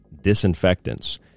disinfectants